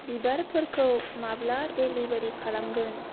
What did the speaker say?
बिबारफोरखौ माब्ला डेलिबारि खालामगोन